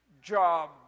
job